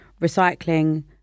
recycling